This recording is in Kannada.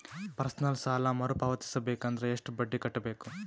ಪರ್ಸನಲ್ ಸಾಲ ಮರು ಪಾವತಿಸಬೇಕಂದರ ಎಷ್ಟ ಬಡ್ಡಿ ಕಟ್ಟಬೇಕು?